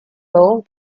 role